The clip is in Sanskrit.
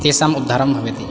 तेषाम् उद्धारं भवति